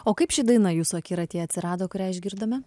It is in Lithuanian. o kaip ši daina jūsų akiratyje atsirado kurią išgirdome